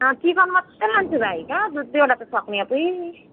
अँ चिकन मात्रै लान्छु भाइ कहाँ दुई दुईवटा त सक्ने अबुइ